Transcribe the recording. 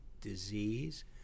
disease